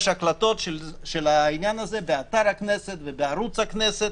יש הקלטות של העניין הזה באתר הכנסת ובערוץ הכנסת,